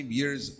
years